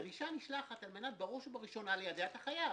הדרישה נשלחת על מנת בראש ובראשונה ליידע את החייב.